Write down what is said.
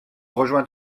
rejoins